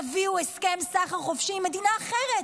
תביאו הסכם סחר חופשי עם מדינה אחרת,